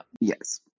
yes